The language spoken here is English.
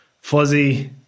fuzzy